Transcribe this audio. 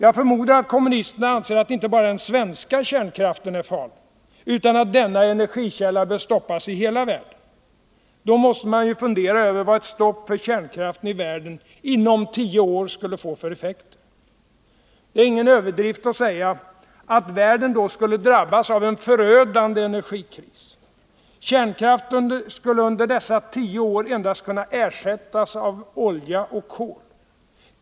Jag förmodar att kommunisterna anser att inte bara den svenska kärnkraften är farlig utan att denna energikälla bör stoppas i hela världen. Då måste man ju fundera över vad ett stopp för kärnkraften i världen inom tio år skulle få för effekter. Det är ingen överdrift att säga att världen då skulle drabbas av en förödande energikris. Kärnkraft skulle under dessa tio år endast kunna ersättas av olja och kol.